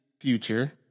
Future